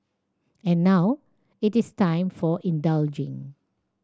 and now it is time for indulging